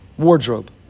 wardrobe